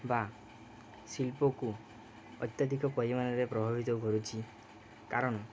ବା ଶିଳ୍ପକୁ ଅତ୍ୟଧିକ ପରିମାଣରେ ପ୍ରଭାବିତ କରୁଛି କାରଣ